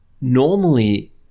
normally